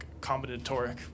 combinatoric